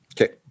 Okay